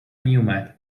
میومد